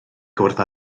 gwrdd